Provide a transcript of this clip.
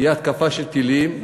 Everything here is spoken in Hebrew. תהיה התקפת טילים,